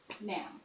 Now